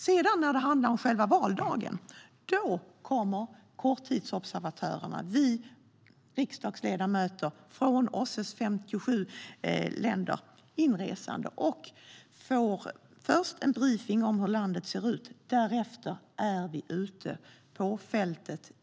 När det sedan handlar om själva valdagen kommer korttidsobservatörer, vi riksdagsledamöter, från OSSE:s 57 länder inresande. Först får man en briefing om hur landet ser ut, och därefter är man ute på fältet.